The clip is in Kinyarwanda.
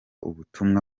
ubutumwa